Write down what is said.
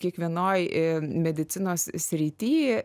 kiekvienoj medicinos srity